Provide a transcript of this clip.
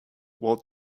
walt